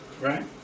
Right